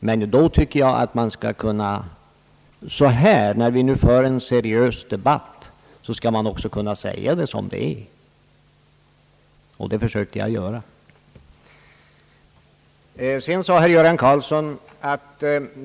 Men då tycker jag att man, när vi för en seriös debatt, skall kunna säga som det är; och det försökte jag hjälpa herr Karlsson med.